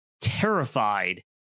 terrified